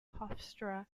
hofstra